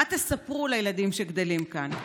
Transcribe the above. מה תספרו לילדים שגדלים כאן,